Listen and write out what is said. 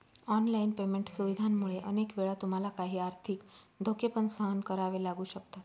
online payment सुविधांमुळे अनेक वेळा तुम्हाला काही आर्थिक धोके पण सहन करावे लागू शकतात